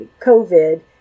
COVID